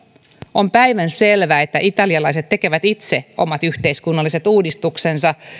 on päivänselvää että italialaiset tekevät itse omat yhteiskunnalliset uudistuksensa